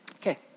Okay